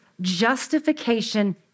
justification